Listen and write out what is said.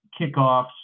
kickoffs